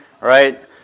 right